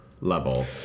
level